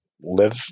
live